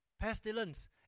pestilence